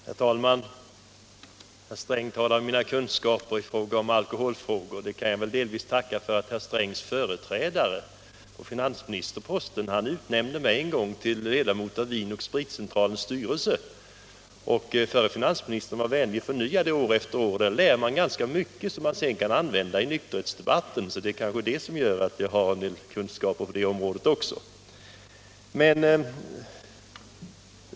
Herr talman! Herr Sträng talar om mina kunskaper i alkoholfrågor. Dem kan jag delvis tacka herr Strängs företrädare på finansministerposten för. Han utnämnde en gång mig till ledamot av Vin & Spritcentralens styrelse, och den förre finansministern var vänlig att förnya det ledamotskapet år efter år. Därför har jag lärt mig ganska mycket, som jag kunnat använda i nykterhetsdebatten. Det är kanske detta som gör att jag har en del kunskaper på det området också.